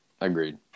Agreed